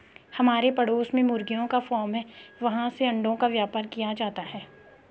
हमारे पड़ोस में मुर्गियों का फार्म है, वहाँ से अंडों का व्यापार किया जाता है